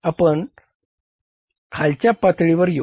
आता आपण खालच्या पातळीवर येऊ